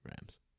Rams